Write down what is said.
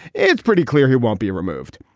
it's pretty clear he won't be removed,